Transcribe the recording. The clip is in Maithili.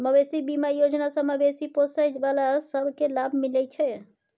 मबेशी बीमा योजना सँ मबेशी पोसय बला सब केँ लाभ मिलइ छै